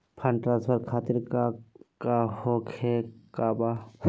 Fund transfer खातिर काका होखे का बा?